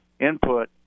input